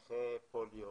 פוליו,